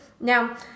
Now